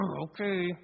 okay